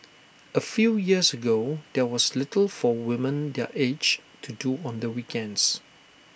A few years ago there was little for women their age to do on the weekends